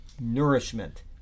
nourishment